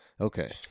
okay